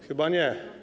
Chyba nie.